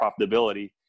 profitability